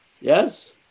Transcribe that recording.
Yes